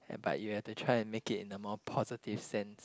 and but you have to try and make it in a more positive sense